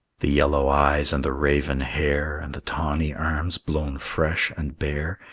the yellow eyes and the raven hair and the tawny arms blown fresh and bare,